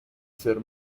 ser